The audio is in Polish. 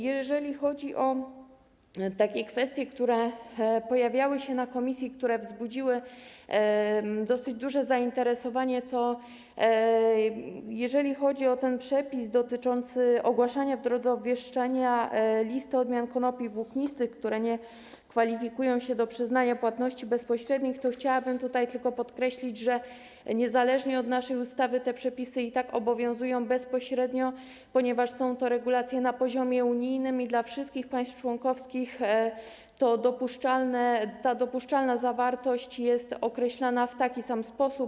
Jeżeli chodzi o kwestie, które pojawiały się podczas prac komisji i które wzbudziły dosyć duże zainteresowanie, to w odniesieniu do tego przepisu dotyczącego ogłaszania w drodze obwieszczenia listy odmian konopi włóknistych, które nie kwalifikują się do przyznania płatności bezpośrednich, chciałabym tutaj tylko podkreślić, że niezależnie od naszej ustawy te przepisy i tak obowiązują bezpośrednio, ponieważ są to regulacje na poziomie unijnym i dla wszystkich państw członkowskich ta dopuszczalna zawartość jest określana w taki sam sposób.